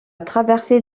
traversée